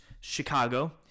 Chicago